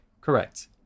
Correct